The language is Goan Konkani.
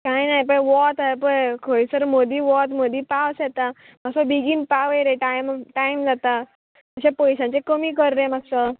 कांय ना हें पय वोत हें पळय खंयसर मदीं वत मदीं पावस येता मातसो बेगीन पावय रे टायम टायम जाता अशें पयशांचे कमी कर रे मातसो